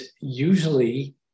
usually